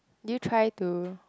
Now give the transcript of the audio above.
you try to